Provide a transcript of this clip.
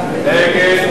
ההסתייגות של חבר הכנסת